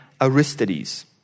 Aristides